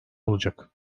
olacak